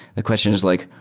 the questions like,